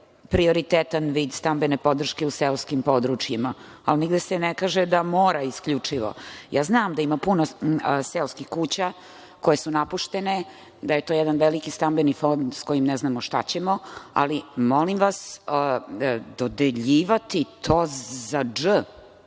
prioritetan vid stambene podrške u seoskim područjima, a nigde se ne kaže da mora isključivo. Znam da ima puno seoskih kuća koje su napuštene, da je to jedan veliki stambeni fond sa kojim ne znamo šta ćemo, ali molim vas, dodeljivati to za „dž“